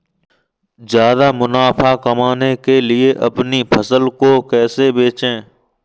ज्यादा मुनाफा कमाने के लिए अपनी फसल को कैसे बेचें?